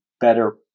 better